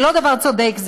זה לא דבר צודק,